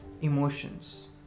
emotions